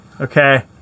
Okay